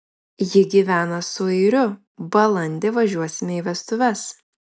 ji gyvena su airiu balandį važiuosime į vestuves